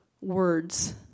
words